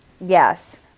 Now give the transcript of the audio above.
Yes